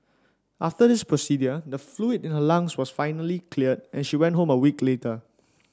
after this procedure the fluid in her lungs was finally cleared and she went home a week later